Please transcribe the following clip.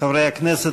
חברי הכנסת,